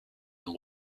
and